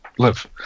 live